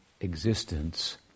existence